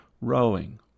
rowing